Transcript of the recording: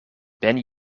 ben